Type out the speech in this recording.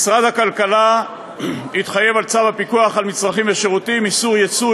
משרד הכלכלה התחייב על צו הפיקוח על מצרכים ושירותים (איסור ייצוא,